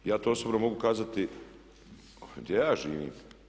Ja to osobno mogu kazati gdje ja živim.